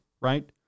right